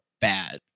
bad